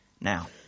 now